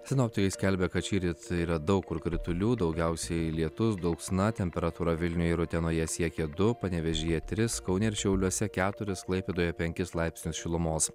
sinoptikai skelbia kad šįryt yra daug kur kritulių daugiausiai lietus dulksna temperatūra vilniuje ir utenoje siekia du panevėžyje tris kaune ir šiauliuose keturis klaipėdoje penkis laipsnius šilumos